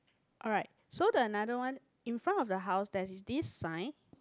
alright so the another one in front of the house there's this sign